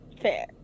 Fair